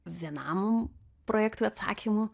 vienam projektui atsakymų